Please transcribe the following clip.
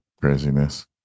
craziness